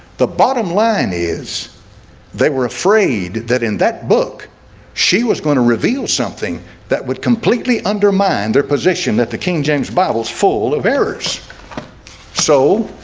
the bottom line is they were afraid that in that book she was going to reveal something that would completely undermine their position that the king james bible is full of errors so